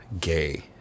gay